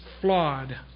flawed